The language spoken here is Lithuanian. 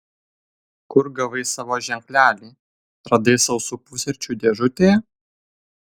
kur gavai savo ženklelį radai sausų pusryčių dėžutėje